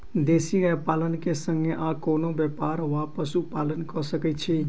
देसी गाय पालन केँ संगे आ कोनों व्यापार वा पशुपालन कऽ सकैत छी?